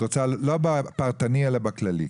לא בפרטני אלא בכללי.